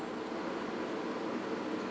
then